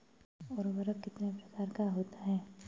उर्वरक कितने प्रकार का होता है?